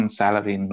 salary